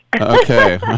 Okay